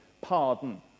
pardon